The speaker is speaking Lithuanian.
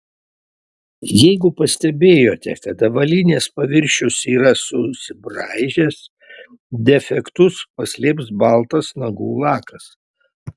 jeigu pastebėjote kad avalynės paviršius yra susibraižęs defektus paslėps baltas nagų lakas